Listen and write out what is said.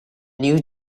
new